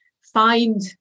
find